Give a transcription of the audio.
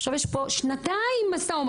עכשיו יש פה שנתיים משא-ומתן,